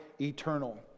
eternal